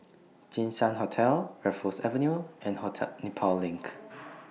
Jinshan Hotel Raffles Avenue and Nepal LINK